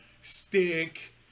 Stick